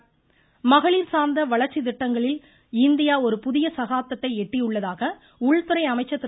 அமீத்ஷா மகளிர் சார்ந்த வளர்ச்சி நடவடிக்கைகளில் இந்தியா ஒரு புதிய சகாப்தத்தை எட்டியுள்ளதாக உள்துறை அமைச்சர் திரு